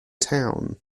town